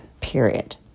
period